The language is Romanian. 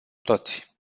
toți